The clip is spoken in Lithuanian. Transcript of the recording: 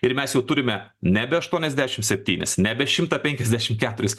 ir mes jau turime nebe aštuoniasdešim septynis nebe šimtą penkiasdešim keturis